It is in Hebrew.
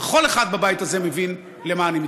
וכל אחד בבית הזה מבין למה אני מתכוון.